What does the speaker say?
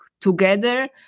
together